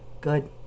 Good